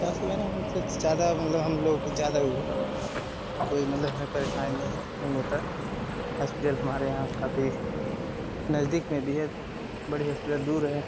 स्वास्थय के बारे हमसे ज्यादा मतलब हम लोग को ज्यादा वो है कोई मतलब हमें परेशानी नहीं होता हॉस्पिटल हमारे यहाँ काफी नजदीक में भी है बड़ी हॉस्पिटल दूर है